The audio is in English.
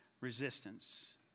resistance